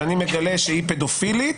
ואני מגלה שהיא פדופילית,